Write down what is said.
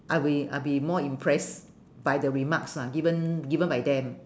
I'll be I'll be more impress by the remarks lah given given by them